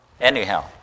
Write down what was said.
anyhow